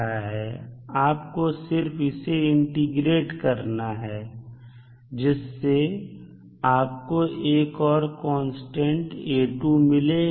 आप को सिर्फ इसे इंटीग्रेट करना है जिससे आपको एक और कांस्टेंट A2 मिलेगा